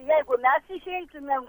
jeigu mes išeitumėm